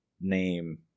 name